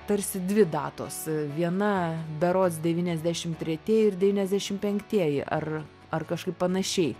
tarsi dvi datos viena berods devyniasdešim tretieji ir devyniasdešim penktieji ar ar kažkaip panašiai